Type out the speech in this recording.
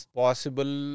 possible